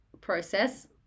process